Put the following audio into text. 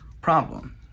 problem